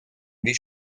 wie